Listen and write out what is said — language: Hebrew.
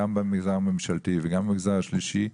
גם במגזר הממשלתי וגם במגזר השלישי.